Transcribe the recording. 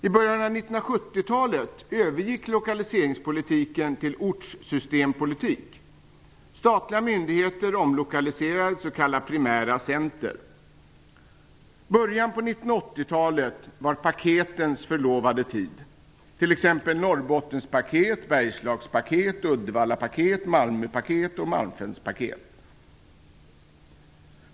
I början av 1970-talet övergick lokaliseringspolitiken till ortssystempolitik. Statliga myndigheter omlokaliserades till s.k. primära center. Början på 1980-talet var paketens förlovade tid, t.ex. Norrbottenspaket, Bergslagspaket, Uddevallapaket, Malmöpaket och malmfältspaket.